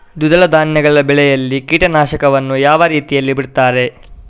ದ್ವಿದಳ ಧಾನ್ಯಗಳ ಬೆಳೆಯಲ್ಲಿ ಕೀಟನಾಶಕವನ್ನು ಯಾವ ರೀತಿಯಲ್ಲಿ ಬಿಡ್ತಾರೆ?